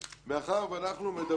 כידוע,